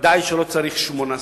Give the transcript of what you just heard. וודאי שלא צריך שמונה סגנים.